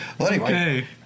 Okay